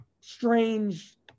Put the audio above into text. strange